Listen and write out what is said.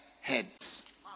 heads